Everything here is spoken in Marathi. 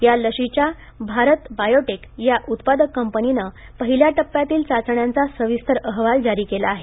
या लशीच्या भारत बायोटेक या उत्पादक कंपनीने पहिल्या टप्प्यातील चाचण्यांचा सविस्तर अहवाल जारी केला आहे